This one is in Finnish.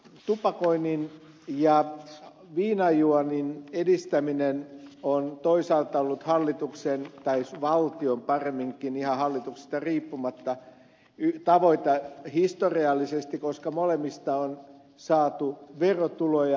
tupakoinnin ja viinanjuonnin edistäminen on toisaalta ollut hallituksen tai paremminkin valtion ihan hallituksista riippumatta historiallinen tavoite koska molemmista on saatu verotuloja